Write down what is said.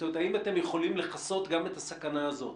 זאת אומרת, האם אתם לכסות גם את הסכנה הזאת?